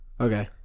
Okay